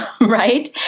right